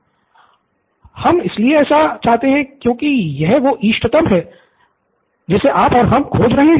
निथिन हम इसलिए ऐसा चाहते है क्योंकि यही वह इष्टतम है जिसे आप और हम खोज रहे हैं